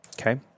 Okay